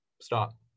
stop